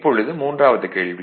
இப்பொழுது மூன்றாவது கேள்வி